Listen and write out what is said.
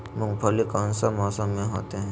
मूंगफली कौन सा मौसम में होते हैं?